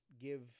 give